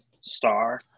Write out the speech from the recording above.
star